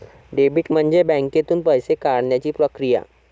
debit म्हणजे बँकेतून पैसे काढण्याची प्रक्रिया